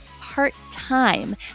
part-time